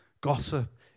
Gossip